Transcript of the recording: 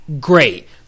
great